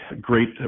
great